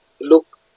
look